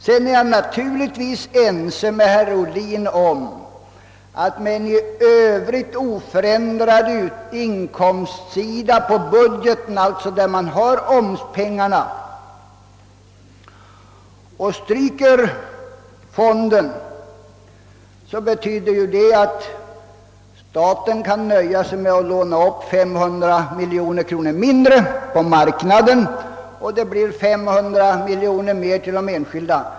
Jag är naturligtvis överens med herr Ohlin om att om man har i övrigt oförändrade inkomster i budgeten, om man alltså har de pengar som omsättningsskatten ger, och stryker fonden kan staten nöja sig med att låna upp 500 miljoner kronor mindre på marknaden, och då blir det 500 miljoner kronor mer till de enskilda.